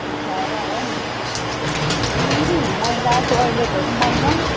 रिसाएर हो मैला टोइलेटहरू पनि मैला